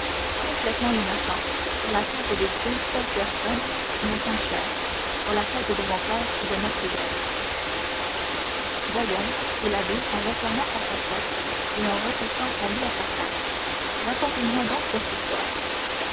complètement innocent sur la tête des deux seules personnes qui me sont chères sur la tête de mon père et de mercédès voyons dit l'abbé en refermant sa cachette et en repoussant son lit à sa place racontez-moi donc votre histoire